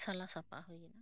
ᱥᱟᱞᱟ ᱥᱟᱯᱷᱟ ᱦᱩᱭ ᱮᱱᱟ